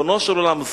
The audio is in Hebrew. ריבונו של עולם,